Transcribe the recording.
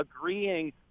agreeing